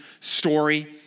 story